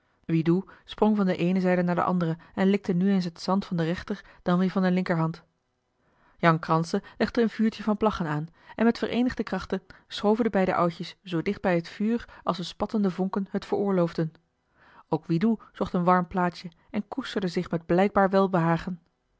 wiedu sprong van de eene zijde naar de andere en likte nu eens het zand van de rechter dan weer van de linkerhand jan kranse legde een vuurtje van plaggen aan en met vereenigde krachten schoven de beide oudjes willem zoo dicht bij het vuur als de spattende vonken het veroorloofden ook wiedu zocht een warm plaatsje en koesterde zich met blijkbaar welbehagen